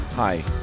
Hi